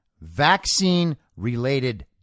vaccine-related